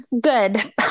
Good